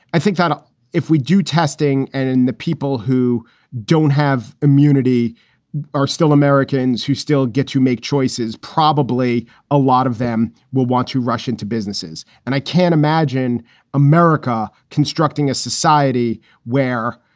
i think ah if we do testing and and the people who don't have immunity are still americans who still get to make choices, probably a lot of them will want to rush into businesses. and i can't imagine america constructing a society where,